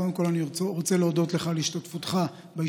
קודם כול אני רוצה להודות לך על השתתפותך בישיבה